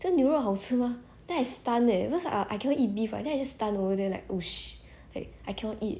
这牛肉好吃吗 then I stun leh because ah I cannot eat beef right then I just stun over there like oh shi~ like I cannot eat